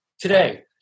Today